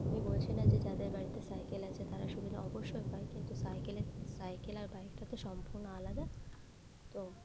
আমি বলছি না যে যাদের বাড়িতে সাইকেল আছে তারা সুবিধা অবশ্যই পায় কিন্তু সাইকেলের সাইকেল আর বাইকটা তো সম্পূর্ণ আলাদা তো